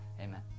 Amen